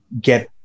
get